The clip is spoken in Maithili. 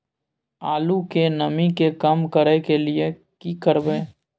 आलू के नमी के कम करय के लिये की करबै?